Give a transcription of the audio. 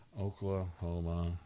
Oklahoma